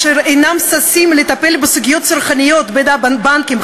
אשר אינם ששים לטפל בסוגיות צרכניות בין בנקים,